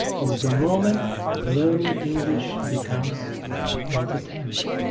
is the moment learning english becomes entertainment